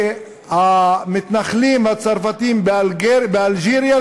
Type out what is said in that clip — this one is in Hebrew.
שהמתנחלים הצרפתים באלג'יריה,